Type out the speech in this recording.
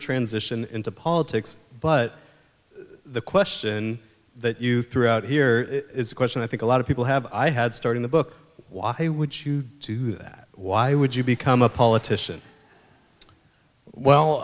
transition into politics but the question that you threw out here is a question i think a lot of people have i had starting the book why would you do that why would you become a politician well